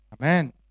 Amen